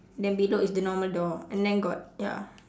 then below is the normal door and then got ya